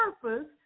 purpose